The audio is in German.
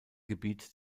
gebiet